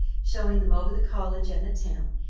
showing them over the college and the town,